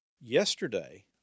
yesterday